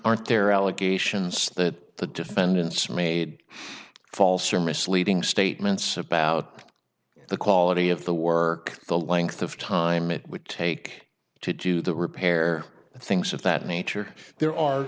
there allegations that the defendants made false or misleading statements about the quality of the work the length of time it would take to do the repair and things of that nature there are